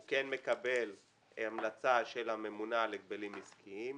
הוא מקבל המלצה של הממונה על הגבלים עסקיים.